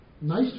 nice